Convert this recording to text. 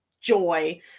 joy